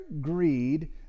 greed